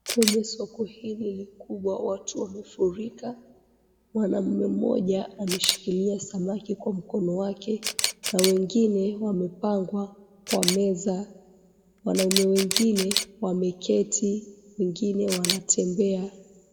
Kwenye soko hili kubwa watu wamefurika mwanaume mmoja ameshikilia samaki kwa mkono wake na wengine wamepangwa kwa meza. Wanaume wengine wameketi wengine wanatembea.